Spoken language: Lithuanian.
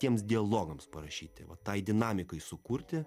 tiems dialogams parašyti va tai dinamikai sukurti